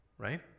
right